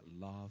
love